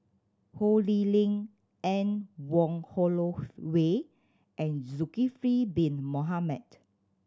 Ho Lee Ling Anne Wong Holloway and Zulkifli Bin Mohamed